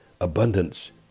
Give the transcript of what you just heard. abundance